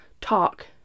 talk